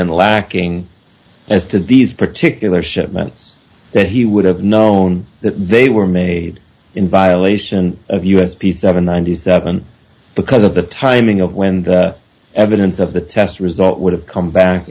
been lacking as to these particular shipments that he would have known that they were made in violation of u s peace seven hundred and ninety seven because of the timing of when the evidence of the test result would have come back